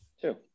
two